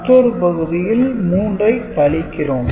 மற்றொரு பகுதியில் 3 ஐக் கழிக்கிறோம்